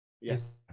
Yes